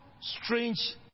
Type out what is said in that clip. strange